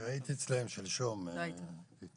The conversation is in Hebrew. הייתי שם אתמול והם